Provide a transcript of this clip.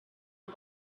and